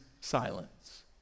silence